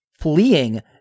fleeing